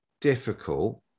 difficult